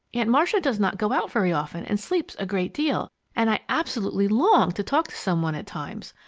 aunt marcia does not go out very often and sleeps a great deal, and i absolutely long to talk to some one at times.